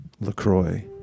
LaCroix